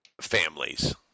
families